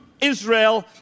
Israel